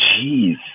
Jeez